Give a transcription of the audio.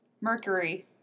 Mercury